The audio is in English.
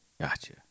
Gotcha